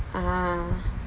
ah